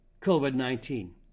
COVID-19